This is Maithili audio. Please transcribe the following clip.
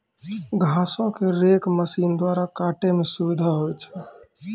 घासो क रेक मसीन द्वारा काटै म सुविधा होय छै